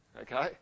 okay